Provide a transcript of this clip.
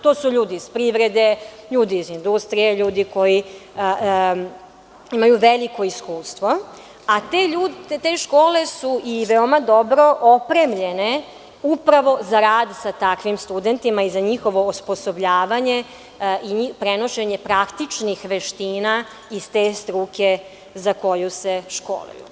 To su ljudi iz privrede, ljudi iz industrije, ljudi koji imaju veliko iskustvo, a te škole su i veoma dobro opremljene upravo za rad sa takvim studentima i za njihovo osposobljavanje i prenošenje praktičnih veština iz te struke za koju se školuju.